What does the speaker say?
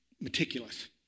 Meticulous